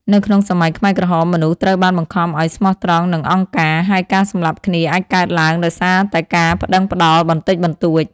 នៅក្នុងសម័យខ្មែរក្រហម មនុស្សត្រូវបានបង្ខំឲ្យស្មោះត្រង់និងអង្គការ ហើយការសម្លាប់គ្នាអាចកើតឡើងដោយសារតែការប្តឹងផ្តល់បន្តិចបន្តួច។